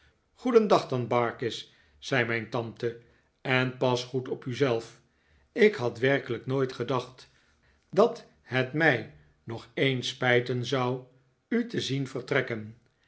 goedendag dan barkis zei mijn tante en pas goed op u zelf ik had werkelijk nooit gedacht dat het mij nog eens spijten zou u te zien vertrekken